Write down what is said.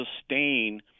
sustain